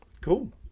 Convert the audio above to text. Cool